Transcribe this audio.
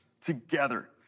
together